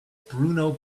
bruno